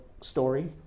story